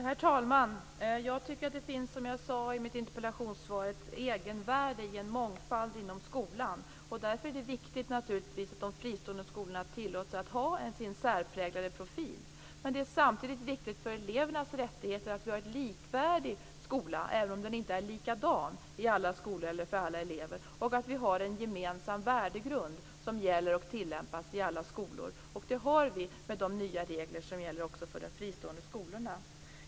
Herr talman! Som jag sade i mitt interpellationssvar tycker jag att det finns ett egenvärde i en mångfald inom skolan. Därför är det naturligtvis viktigt att de fristående skolorna tillåts att ha sin särpräglade profil. Men det är samtidigt viktigt för elevernas rättigheter att skolorna är likvärdiga, även om de inte är lika, och att det finns en gemensam värdegrund som gäller och tillämpas i alla skolor. Det har vi med de nya regler som gäller också för de fristående skolorna.